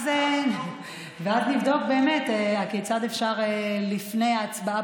אז נבדוק באמת כיצד אפשר לפני הצבעה